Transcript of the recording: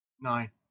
Nine